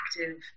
active